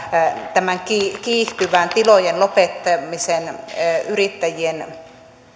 tämän kiihtyvän tilojen lopettamisen yrittäjien